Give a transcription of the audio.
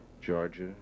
Georgia